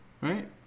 Right